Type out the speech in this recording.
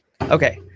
Okay